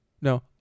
no